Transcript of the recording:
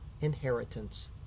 inheritance